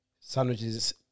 sandwiches